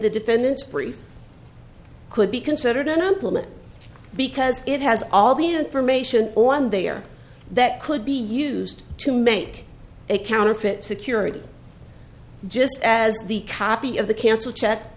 the defendant's brief could be considered an employment because it has all the information on there that could be used to make a counterfeit security just as the copy of the canceled check